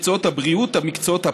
הבריאות, המקצועות הפארה-רפואיים,